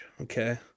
Okay